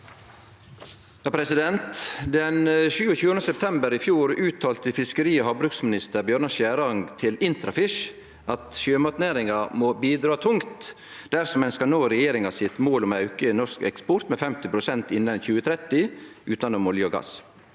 Den 27. september i fjor uttalte fiskeri- og havbruksminister Bjørnar Skjæran til IntraFish at sjømatnæringa må bidra tungt dersom ein skal nå målet til regjeringa om auke i norsk eksport med 50 pst. innan 2030, utanom olje og gass.